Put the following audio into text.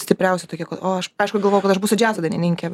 stipriausi tokie o aš aišku galvojau kad aš būsiu džiazo dainininkė